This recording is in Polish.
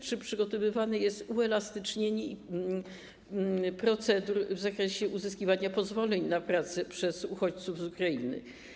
Czy przygotowywane jest uelastycznienie procedur w zakresie uzyskiwania pozwoleń na pracę przez uchodźców z Ukrainy?